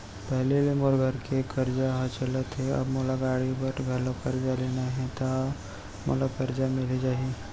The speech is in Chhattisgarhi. पहिली ले मोर घर के करजा ह चलत हे, अब मोला गाड़ी बर घलव करजा लेना हे ता का मोला करजा मिलिस जाही?